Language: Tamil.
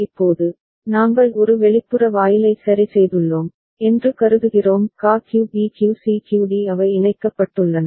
இப்போது நாங்கள் ஒரு வெளிப்புற வாயிலை சரி செய்துள்ளோம் என்று கருதுகிறோம் QA QB QC QD அவை இணைக்கப்பட்டுள்ளன